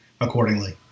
accordingly